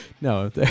No